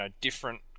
different